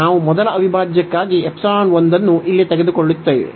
ನಾವು ಮೊದಲ ಅವಿಭಾಜ್ಯಕ್ಕಾಗಿ ϵ ಒಂದನ್ನು ಇಲ್ಲಿ ತೆಗೆದುಕೊಳ್ಳುತ್ತೇವೆ